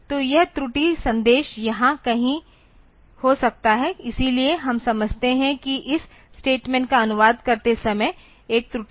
तो यह त्रुटि संदेश यहाँ कहीं हो सकता है इसलिए हम समझते हैं कि इस स्टेटमेंट का अनुवाद करते समय एक त्रुटि हुई थी